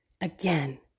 again